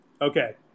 Okay